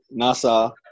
NASA